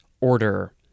order